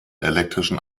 elektrischen